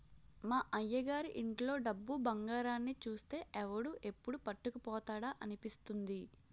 మా అయ్యగారి ఇంట్లో డబ్బు, బంగారాన్ని చూస్తే ఎవడు ఎప్పుడు పట్టుకుపోతాడా అనిపిస్తుంది